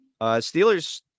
Steelers